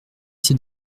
s’est